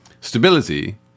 stability